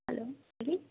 hello ಹೇಳಿ